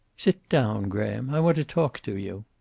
sit down, graham, i want to talk to you.